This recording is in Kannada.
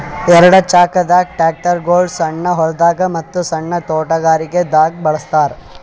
ಎರಡ ಚಾಕದ್ ಟ್ರ್ಯಾಕ್ಟರ್ಗೊಳ್ ಸಣ್ಣ್ ಹೊಲ್ದಾಗ ಮತ್ತ್ ಸಣ್ಣ್ ತೊಟಗಾರಿಕೆ ದಾಗ್ ಬಳಸ್ತಾರ್